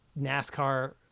NASCAR